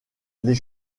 les